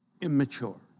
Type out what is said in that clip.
immature